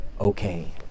okay